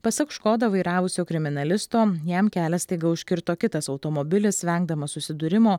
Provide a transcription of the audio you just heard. pasak škodą vairavusio kriminalisto jam kelią staiga užkirto kitas automobilis vengdamas susidūrimo